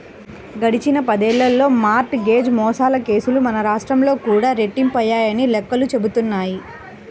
గడిచిన పదేళ్ళలో mortgage మోసాల కేసులు మన రాష్ట్రంలో కూడా రెట్టింపయ్యాయని లెక్కలు చెబుతున్నాయి